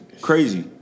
crazy